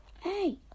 Hey